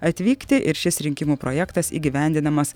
atvykti ir šis rinkimų projektas įgyvendinamas